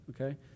okay